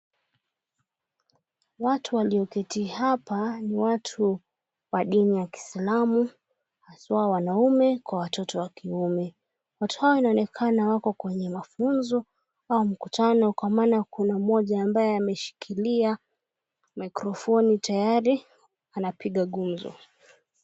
Watu walioketi hapa ni watu wa dini ya Kiislamu haswa wanaume kwa watoto wa kiume. Watu hao inaonekana wako kwenye mafunzo au mkutano kwa maana kuna mmoja ambaye ameshikilia mikrofoni tayari anapiga gumzo.